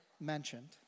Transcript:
mentioned